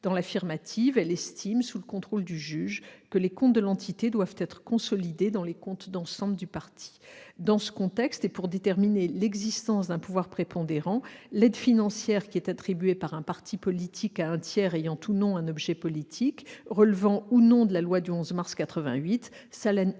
Dans l'affirmative, elle estime, sous le contrôle du juge, que les comptes de l'entité doivent être consolidés dans les comptes d'ensemble du parti. Dans ce contexte, et pour déterminer l'existence d'un pouvoir prépondérant, l'aide financière attribuée par un parti politique à un tiers ayant ou non un objet politique, relevant ou non de la loi du 11 mars 1988, sera analysée